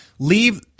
Leave